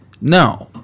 No